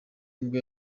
nibwo